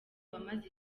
wamaze